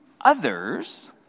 others